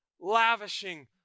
Lavishing